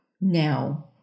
now